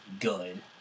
good